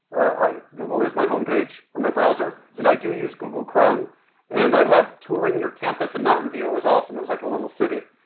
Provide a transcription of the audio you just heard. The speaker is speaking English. google is my home page on my browser and i do use google chrome and i loved touring your campus in mountain view, it was awesome, it was like a little city.